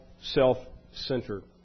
self-centered